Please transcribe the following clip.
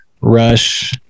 Rush